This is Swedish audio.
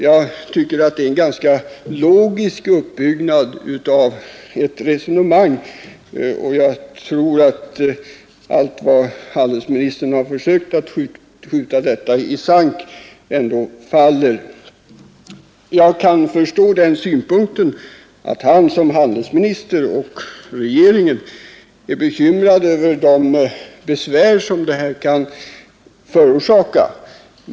Jag tycker att det är en ganska logisk uppbyggnad av ett resonemang, och jag tror att handelsministerns försök att skjuta detta i sank ändå faller. Jag kan förstå den synpunkten att han som handelsminister — och regeringen — är bekymrade över det besvär som det här kan förorsaka.